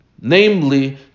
namely